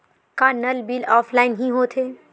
का नल bill offline हि होथे?